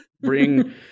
bring